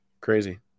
Crazy